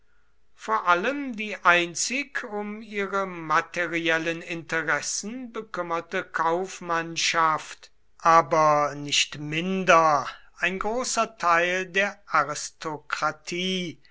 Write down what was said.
vor allem die einzig um ihre materiellen interessen bekümmerte kaufmannschaft aber nicht minder ein großer teil der aristokratie